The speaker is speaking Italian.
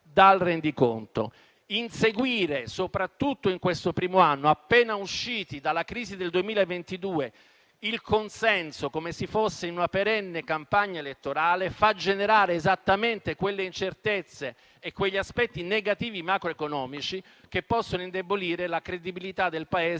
dal rendiconto. Inseguire soprattutto in questo primo anno, appena usciti dalla crisi del 2022, il consenso come se si fosse in una perenne campagna elettorale, fa generare esattamente quelle incertezze e quegli aspetti negativi macroeconomici che possono indebolire la credibilità del Paese